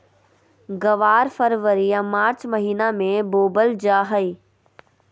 ग्वार फरवरी या मार्च महीना मे बोवल जा हय